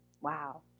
Wow